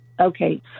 Okay